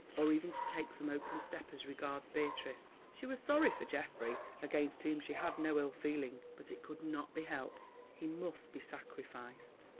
or even to take some open step as regards beatrice. she was sorry for geoffrey, against whom she had no ill feeling, but it could not be helped he must be sacrificed.